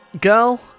girl